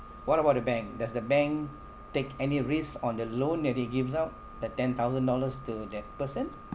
what about the bank does the bank take any risk on the loan that they gives up that ten thousand dollars to that person